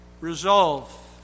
Resolve